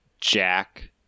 Jack